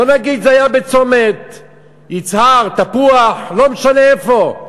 לא נגיד: זה היה בצומת יצהר, תפוח, לא משנה איפה.